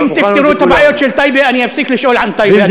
אם תפתרו את הבעיות של טייבה אני אפסיק לשאול על טייבה,